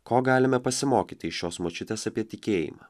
ko galime pasimokyti iš šios močiutės apie tikėjimą